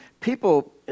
people